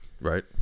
right